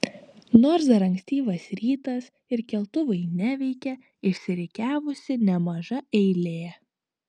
nors dar ankstyvas rytas ir keltuvai neveikia išsirikiavusi nemaža eilė